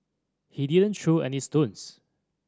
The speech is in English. he didn't throw any stones